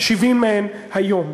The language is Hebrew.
70 מהן היום.